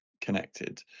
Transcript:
connected